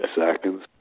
seconds